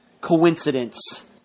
coincidence